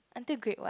until grade what